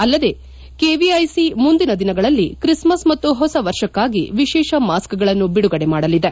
ಅಲ್ಲದೆ ಕೆವಿಐಸಿ ಮುಂದಿನ ದಿನಗಳಲ್ಲಿ ತ್ರಿಸ್ಮಸ್ ಮತ್ತು ಹೊಸ ವರ್ಷಕ್ಕಾಗಿ ವಿಶೇಷ ಮಾಸ್ ಗಳನ್ನು ಬಿಡುಗಡೆ ಮಾಡಲಿದೆ